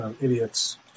idiots